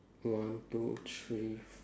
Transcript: one two three